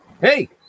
Hey